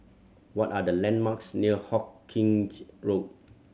what are the landmarks near Hawkinge Road